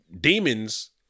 demons